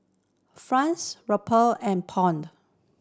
Franc Rupiah and Pound